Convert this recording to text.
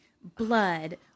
blood